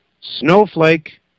Snowflake